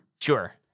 Sure